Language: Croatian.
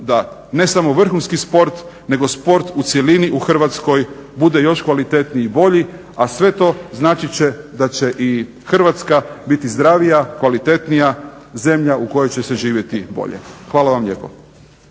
da ne samo vrhunski sport nego sport u cjelini u Hrvatskoj bude još kvalitetniji i bolji a sve to značiti će da će i Hrvatska biti zdravija, kvalitetnija zemlja u kojoj će se živjeti bolje. Hvala vam lijepo.